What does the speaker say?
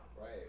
right